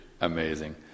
amazing